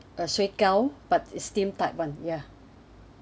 a shuigao but is steamed type one ya